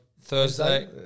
Thursday